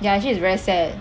ya actually it's very sad